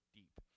deep